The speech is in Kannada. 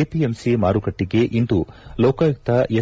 ಎಪಿಎಂಸಿ ಮಾರುಕಟ್ಟಿಗೆ ಇಂದು ಲೋಕಾಯುಕ್ತ ಎಸ್